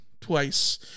twice